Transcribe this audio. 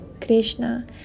Krishna